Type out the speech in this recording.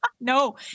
No